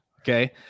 Okay